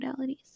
modalities